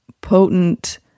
potent